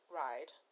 ride